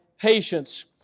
patience